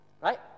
right